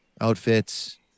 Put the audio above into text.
outfits